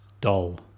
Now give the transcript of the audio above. dull